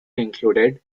included